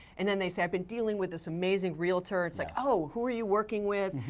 and then they say, i've been dealing with this amazing realtor. it's like, oh who are you working with?